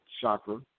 chakra